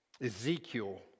Ezekiel